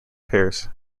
pairs